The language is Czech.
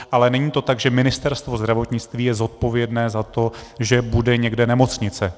Ale není to tak, že Ministerstvo zdravotnictví je zodpovědné za to, že bude někde nemocnice.